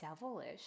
devilish